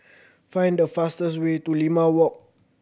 find the fastest way to Limau Walk